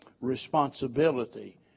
responsibility